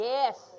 Yes